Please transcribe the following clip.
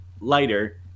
lighter